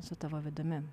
su tavo vidumi